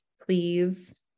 please